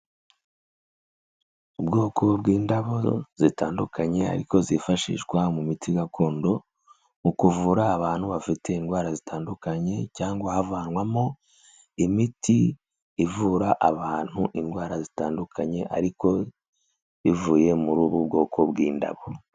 Ubwoko bw'indabo zitandukanye ariko zifashishwa mu miti gakondo mu kuvura abantu bafite indwara zitandukanye cyangwa havanwamo imiti ivura abantu indwara zitandukanye ariko bivuye muri ubu bwoko bw'indabo.